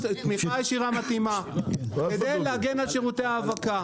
תמיכה ישירה מתאימה, כדי להגן על שירותי האבקה.